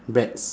breads